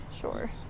Sure